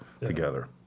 together